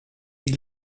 die